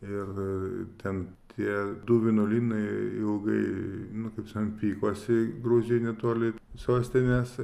ir ten tie du vienuolynai ilgai nu kaip sakant pykosi gruzijoj netoli sostinės